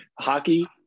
Hockey